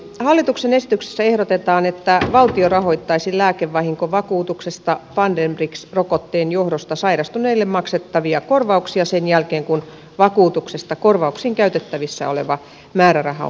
hallituksen esityksessä ehdotetaan että valtio rahoittaisi lääkevahinkovakuutuksesta pandemrix rokotteen johdosta sairastuneille maksettavia korvauksia sen jälkeen kun vakuutuksesta korvauksiin käytettävissä oleva määräraha on käytetty